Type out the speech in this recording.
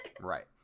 Right